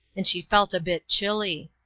and she felt a bit chilly.